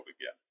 again